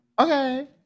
Okay